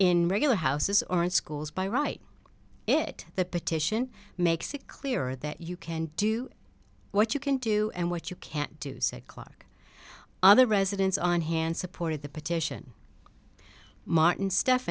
in regular houses or in schools by right it the petition makes it clear that you can do what you can do and what you can't do said clark other residents on hand supported the petition martin steff